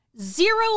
Zero